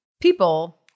People